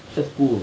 just pull